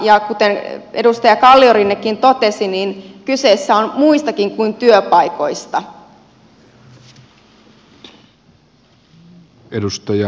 ja kuten edustaja kalliorinnekin totesi kyse on muistakin kuin työpaikoista